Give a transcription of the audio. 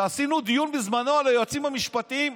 כשעשינו דיון בזמנו על היועצים המשפטיים,